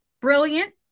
brilliant